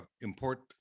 import